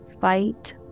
fight